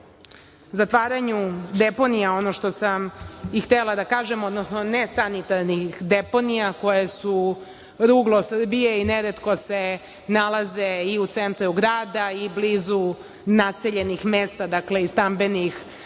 zatvaranju deponija, ono što sam i htela da kažem, odnosno nesanitarnih deponija, koje su ruglo Srbije i neretko se nalaze i u centru grada i blizu naseljenih mesta, dakle i stambenih zona,